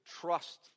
trust